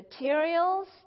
materials